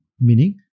meaning